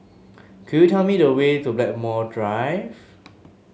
could you tell me the way to Blackmore Drive